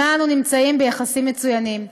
שעמה אנו מצויים ביחסים מצוינים.